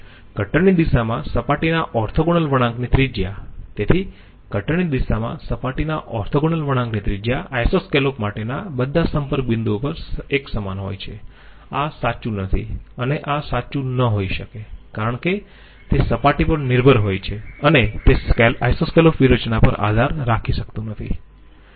cutter ની દિશામાં સપાટીના ઓર્થોગોનલ વળાંકની ત્રિજ્યા તેથી કટર ની દિશામાં સપાટીના ઓર્થોગોનલ વળાંકની ત્રિજ્યા આઈસોસ્કેલોપ માટેના બધા સંપર્ક બિંદુઓ પર એકસમાન હોય છે આ સાચું નથી અને આ સાચું ન હોઈ શકે કારણ કે તે સપાટી પર નિર્ભર હોય છે અને તે આઈસોસ્કેલોપ વ્યૂહરચના પર આધાર રાખી શકતું નથી